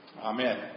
amen